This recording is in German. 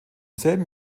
selben